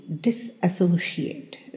disassociate